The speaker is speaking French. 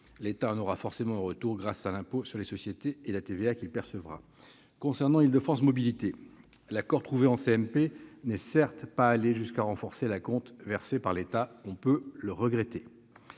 L'État en aura forcément un retour grâce à l'impôt sur les sociétés et la TVA qu'il percevra. Concernant Île-de-France Mobilités, l'accord trouvé en CMP n'est certes pas allé jusqu'à renforcer l'acompte versé par l'État. On peut le regretter,